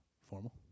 formal